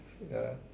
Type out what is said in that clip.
ya